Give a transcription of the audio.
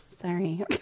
sorry